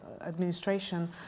administration